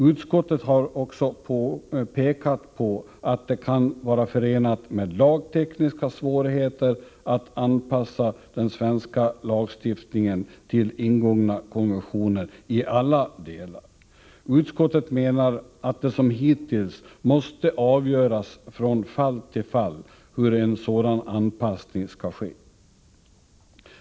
Utskottet har också pekat på att det kan vara förenat med lagtekniska svårigheter att anpassa den svenska lagstiftningen till ingångna konventioner i alla delar. Utskottet menar att det, som hittills skett, måste avgöras från fall till fall hur en sådan anpassning skall klaras.